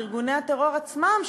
מארגוני הטרור עצמם,